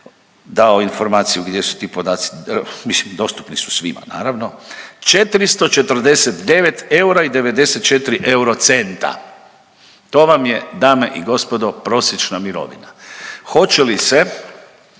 dao informaciju gdje su ti podaci, mislim dostupni su svima naravno. 449 eura i 94 eurocenta, to vam je dame i gospodo prosječna mirovina. Hoće li se